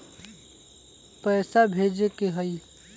पैसा भेजे के हाइ?